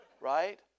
Right